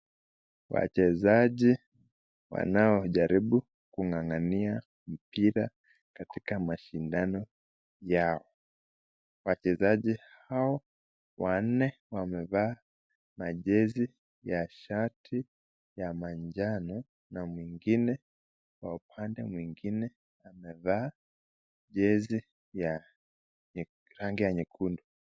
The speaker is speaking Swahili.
Wachezaji wanaojaribu kung'ang'ania mpira katika mashindano ya wachezaji hao wanne wamevaa majezi ya shati ya manjano na mwingine wa upande mwingine amevaa jezi ya rangi ya nyekundu.